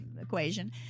equation